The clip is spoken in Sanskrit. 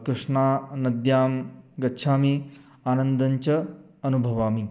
कृष्णानद्यां गच्छामि आनन्दं च अनुभवामि